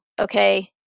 Okay